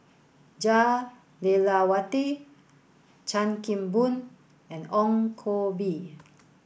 Jah Lelawati Chan Kim Boon and Ong Koh Bee